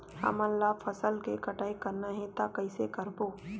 हमन ला फसल के कटाई करना हे त कइसे करबो?